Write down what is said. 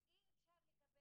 גם נקרא